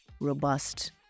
robust